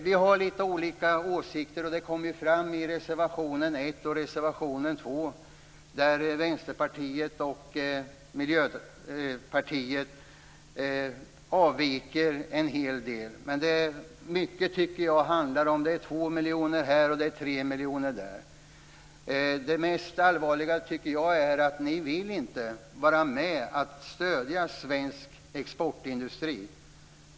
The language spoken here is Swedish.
Vi har litet olika åsikter, och det kommer fram i reservation 1 och reservation 2, där Vänsterpartiet och Miljöpartiet avviker en hel del. Men mycket tycker jag handlar om 2 miljoner här och 3 miljoner där. Det mest allvarliga tycker jag är att ni inte vill vara med och stödja svensk exportindustri.